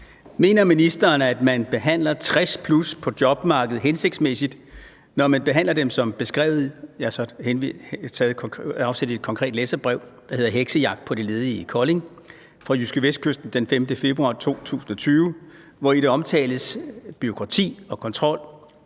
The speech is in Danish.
Mener ministeren, at man behandler 60+ på jobmarkedet hensigtsmæssigt, når man behandler dem som beskrevet? Jeg har så taget afsæt i et konkret læserbrev, der hedder »Heksejagt på de ledige i Kolding« fra JydskeVestkysten den 5. februar 2020, hvori der omtales bureaukrati og kontrol.